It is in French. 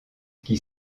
qui